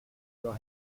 draw